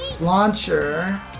Launcher